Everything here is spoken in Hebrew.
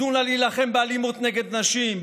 תנו לה להילחם באלימות נגד נשים,